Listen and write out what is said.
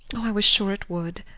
i was sure it would